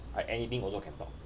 I anything also can talk